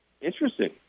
interesting